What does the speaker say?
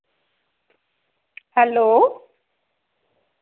hello